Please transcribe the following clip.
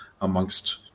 amongst